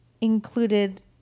included